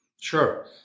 sure